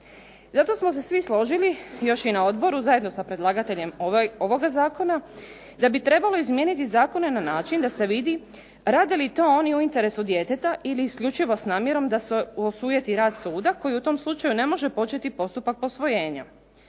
Zato smo se svi složili još i na odboru zajedno sa predlagateljem ovoga zakona da bi trebalo izmijeniti zakone na način da se vidi rade li to oni u interesu djeteta ili isključivo s namjerom da se osujeti rad suda koji u tom slučaju ne može početi postupak posvojenja.